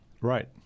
Right